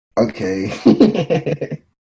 Okay